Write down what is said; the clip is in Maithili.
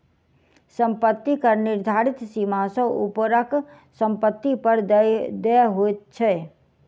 सम्पत्ति कर निर्धारित सीमा सॅ ऊपरक सम्पत्ति पर देय होइत छै